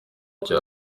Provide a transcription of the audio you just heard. cya